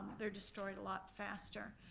they're destroyed a lot faster.